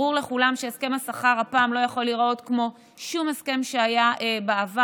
וברור לכולם שהסכם השכר הפעם לא יכול להיראות כמו שום הסכם שהיה בעבר.